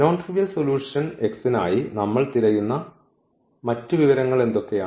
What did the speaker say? non trivial solution x നായി നമ്മൾ തിരയുന്ന മറ്റ് വിവരങ്ങൾ എന്തൊക്കെയാണ്